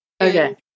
Okay